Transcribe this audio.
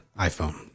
iPhone